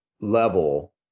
level